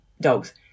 dogs